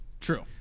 true